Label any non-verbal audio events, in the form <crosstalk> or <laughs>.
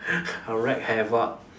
<laughs> I will wreck havoc